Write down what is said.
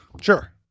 Sure